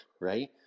right